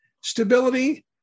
stability